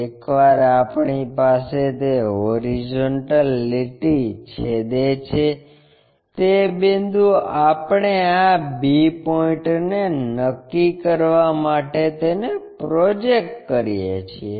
એકવાર આપણી પાસે તે હોરિઝોન્ટલ લીટી છેદે છે તે બિંદુ આપણે આ b પોઇન્ટને નક્કી કરવા માટે તેને પ્રોજેક્ટ કરીએ છીએ